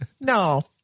No